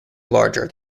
larger